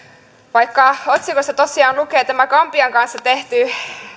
vaikka otsikossa tosiaan lukee tämä gambian kanssa tehty